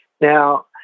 Now